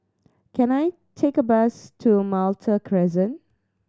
can I take a bus to Malta Crescent